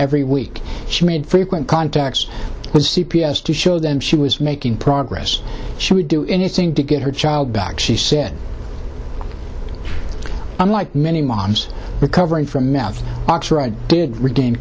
every week she made frequent contacts with c p s to show them she was making progress she would do anything to get her child back she said unlike many moms recovering from meth oxer i did regain